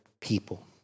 people